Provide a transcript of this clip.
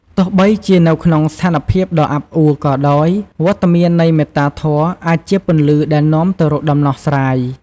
ទោះបីជានៅក្នុងស្ថានភាពដ៏អាប់អួរក៏ដោយ វត្តមាននៃមេត្តាធម៌អាចជាពន្លឺដែលនាំទៅរកដំណោះស្រាយ។